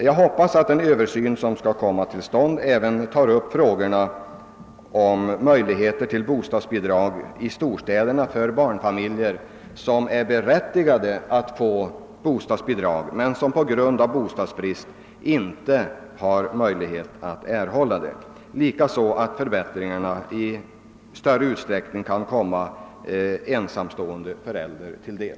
Jag hoppas att den översyn som skall komma till stånd även tar upp frågorna angående möjligheterna till bostadsbidrag till de barnfamiljer i storstäderna, vilka är berättigade till bostadsbidrag men som på grund av bostadsbris ten inte har möjlighet att erhålla något sådant. Likaså hoppas jag att förbättringen i större utsträckning kan komma ensamstående förälder till del.